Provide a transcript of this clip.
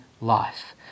life